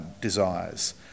desires